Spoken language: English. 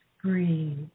Breathe